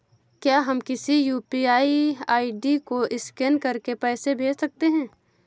क्या हम किसी यू.पी.आई आई.डी को स्कैन करके पैसे भेज सकते हैं?